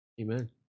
Amen